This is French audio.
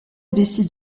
décide